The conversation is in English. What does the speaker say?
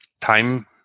time